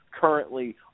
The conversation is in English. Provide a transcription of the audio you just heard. currently